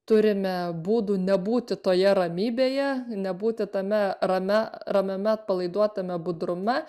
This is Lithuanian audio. turime būdų nebūti toje ramybėje nebūti tame ramia ramiame atpalaiduotame budrume